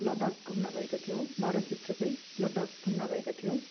लद्धाख घुम्न गएका थियौँ भारत भित्रकै लद्धाख घुम्न गएका थियौँ